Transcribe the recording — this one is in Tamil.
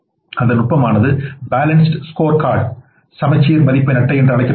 அந்த நுட்பமானது பேலன்ஸ்டு ஸ்கோர் கார்டு சமச்சீர் மதிப்பெண் அட்டை என்று அழைக்கப்படுகிறது